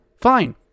Fine